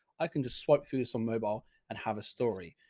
i can just swipe through some mobile and have a story.